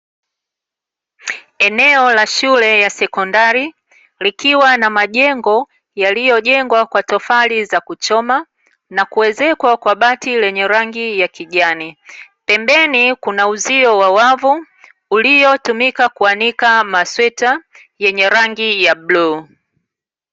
Eneo la shule ya sekondari likiwa na majengo yaliyojengwa kwa tofali za kuchoma, na kuezekwa kwa bati lenye rangi ya kijani, pembeni kuna uzio wa wavu uliotumika kuanika masweta yenye rangi ya bluu.